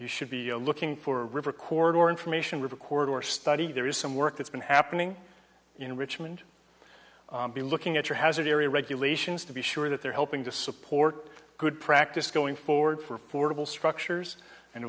you should be looking for a record or information record or study there is some work that's been happening in richmond be looking at your hazard area regulations to be sure that they're helping to support good practice going forward for portable structures and